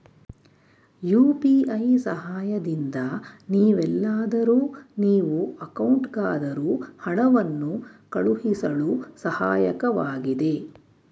UPI ಸಹಾಯದಿಂದ ನೀವೆಲ್ಲಾದರೂ ನೀವು ಅಕೌಂಟ್ಗಾದರೂ ಹಣವನ್ನು ಕಳುಹಿಸಳು ಸಹಾಯಕವಾಗಿದೆ